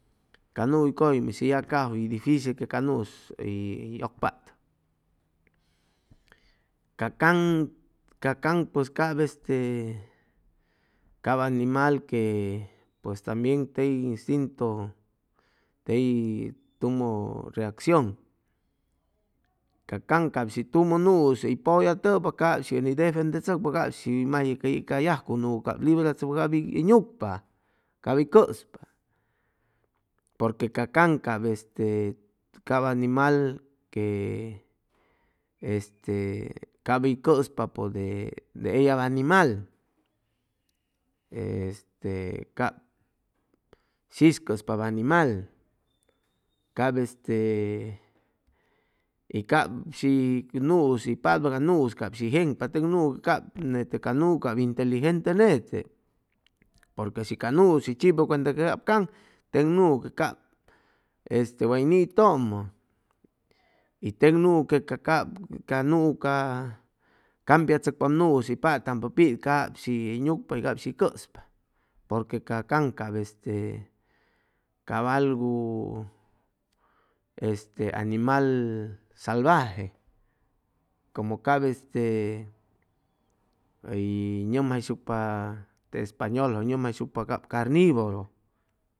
Ca nuu'is hʉy yacajwʉ y dificil que ca nuu'is hʉy ʉcpatʉ ca caŋ, ca caŋ pues cap tep este cap animal que pues tambien tey instintu tey tumʉ reaccion ca caŋ shi tumʉ nuu hʉy pʉyatʉpa cap shi ʉni defendechʉcpa cap shi ca yajcu nuu librachʉcpa cap hʉy nucpa cap hʉy cʉspa porque ca caŋ cap este cap animal que este cap hʉy cʉspapʉ de ellab animal cap shis cʉspap animal cap este y cap shi nuu'is hʉy patpa cap shi hʉy jeŋpa teg nuu nete ca nuu cap inteligente nete porque shi ca nuus hʉy chipa que cap caŋ teg nuu que cap way nitʉmʉ y teg nuu que ca cap nuu campichʉcpap nuu hʉy patampʉ pit cap shi hʉy nucpa cap shi hʉy cʉspa porque ca caŋ cap este cap algu este animal salbaje como cap este hʉy hʉy nʉmjayshucpa te españoljʉ cap carniboro